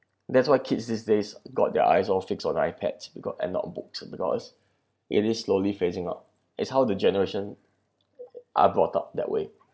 that's why kids these days got their eyes all fix on iPads and not books because it is slowly phasing out it's how the generation are brought up that way